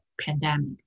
pandemic